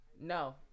No